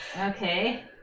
Okay